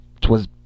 t'was